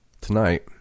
tonight